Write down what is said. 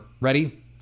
Ready